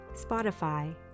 Spotify